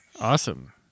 Awesome